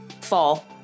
Fall